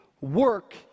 Work